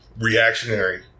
reactionary